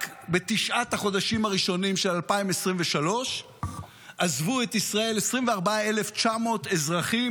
רק בתשעת החודשים הראשונים של 2023 עזבו את ישראל 24,900 אזרחים